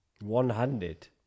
one-handed